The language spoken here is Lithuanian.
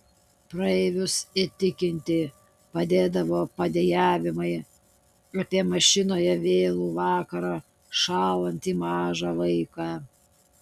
praeivius įtikinti padėdavo padejavimai apie mašinoje vėlų vakarą šąlantį mažą vaiką